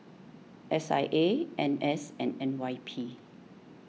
S I A N S and N Y P